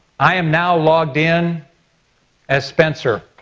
i am now logged in as spencer.